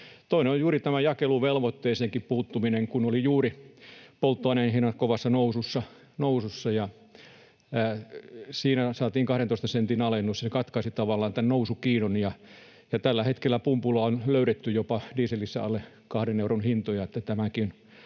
Toinen on juuri tämä jakeluvelvoitteeseenkin puuttuminen, kun olivat juuri polttoaineen hinnat kovassa nousussa, ja siinä saatiin 12 sentin alennus. Se katkaisi tavallaan tämän nousukiidon, ja tällä hetkellä pumpulla on löydetty jopa dieselissä alle kahden euron hintoja,